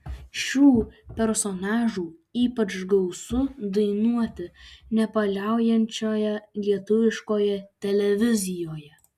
šių personažų ypač gausu dainuoti nepaliaujančioje lietuviškoje televizijoje